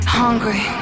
hungry